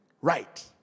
Right